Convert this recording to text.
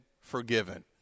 forgiven